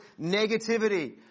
negativity